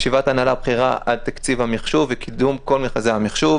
ישיבת הנהלה בכירה על תקציב המחשוב וקידום כל מכרזי המחשוב,